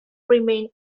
remained